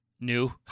new